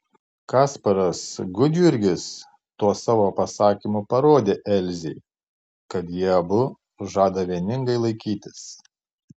kasparas gudjurgis tuo savo pasakymu parodė elzei kad jie abu žada vieningai laikytis